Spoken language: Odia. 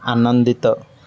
ଆନନ୍ଦିତ